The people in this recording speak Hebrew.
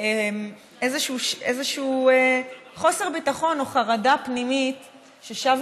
איזשהו חוסר ביטחון או חרדה פנימית ששבה